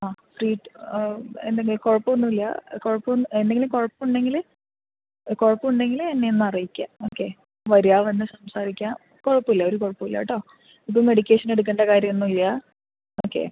ആ ഫ്രീ എന്തെങ്കിലും കുഴപ്പമൊന്നുമില്ല കുഴപ്പം എന്തെങ്കിലും കുഴപ്പമുണ്ടെങ്കിൽ കുഴപ്പമുണ്ടെങ്കിൽ എന്നെ ഒന്ന് അറിയിക്കുക ഓക്കെ വരിക വന്ന് സംസാരിക്കുക കുഴപ്പമില്ല ഒരു കുഴപ്പവുമില്ല കേട്ടോ ഇപ്പം മെഡിറ്റേഷൻ എടുക്കേണ്ട കാര്യമൊന്നും ഇല്ല ഓക്കെ